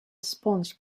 sponge